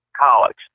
college